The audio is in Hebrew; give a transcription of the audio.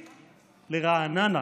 לרעננה,